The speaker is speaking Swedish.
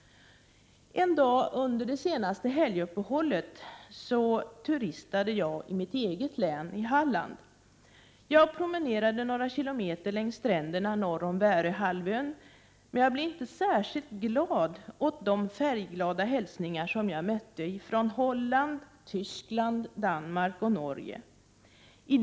En dag under det senaste helguppehållet turistade jag i mitt eget län, Halland. Jag promenerade några kilometer längs stränderna norr om Väröhalvön. Jag blev dock inte glad över de färgglada hälsningar från Holland, Tyskland, Danmark och Norge som jag mötte.